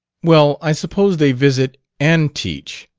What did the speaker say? well, i suppose they visit, and teach.